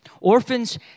Orphans